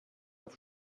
auf